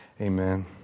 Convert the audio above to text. Amen